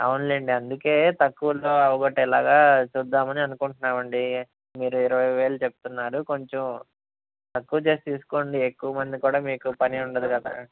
అవునులేండి అందుకే తక్కువలో అయ్యేలాగ చూద్దాం అని అనుకుంటున్నాం అండి మీరు ఇరవై వేలు చెప్తున్నారు కొంచెం తక్కువ చేసి తీసుకోండి ఎక్కువ మంది కూడా మీకు పని ఉండదు కదా